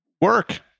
work